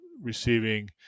receiving